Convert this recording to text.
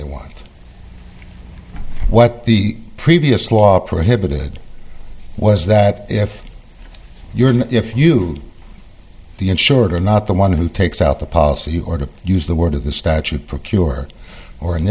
they want what the previous law prohibited was that if your if you the insured are not the one who takes out the policy or to use the word of the statute for cure or